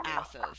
asses